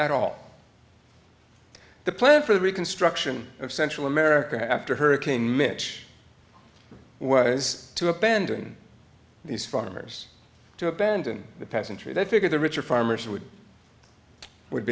at all the plan for the reconstruction of central america after hurricane mitch was to abandon these farmers to abandon the peasantry they figured the richer farmers would would